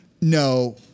no